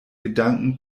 gedanken